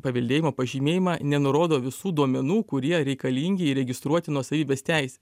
paveldėjimo pažymėjimą nenurodo visų duomenų kurie reikalingi įregistruoti nuosavybės teisę